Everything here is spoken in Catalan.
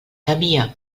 temia